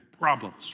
problems